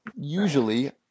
usually